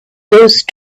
those